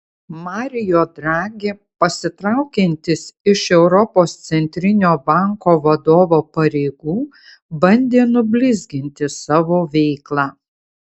mario draghi pasitraukiantis iš europos centrinio banko vadovo pareigų bandė nublizginti savo veiklą